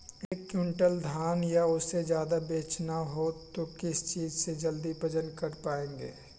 एक क्विंटल धान या उससे ज्यादा बेचना हो तो किस चीज से जल्दी वजन कर पायेंगे?